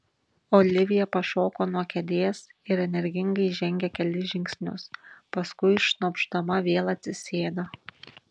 olivija pašoko nuo kėdės ir energingai žengė kelis žingsnius paskui šnopšdama vėl atsisėdo